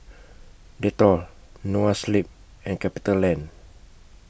Dettol Noa Sleep and CapitaLand